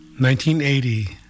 1980